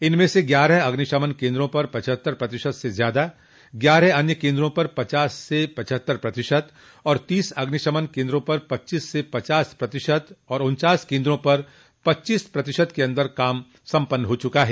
इनमें से ग्यारह अग्निशमन केन्द्रों पर पचहत्तर प्रतिशत से ज्यादा ग्यारह अन्य केन्द्रों पर पचास से पचहत्तर प्रतिशत तथा तोस अग्निशमन केन्द्रों पर पच्चीस से पचास प्रतिशत और उन्चास केन्द्रों पर पच्चीस प्रतिशत के अन्दर कार्य सम्पन्न हो चुका है